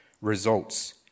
results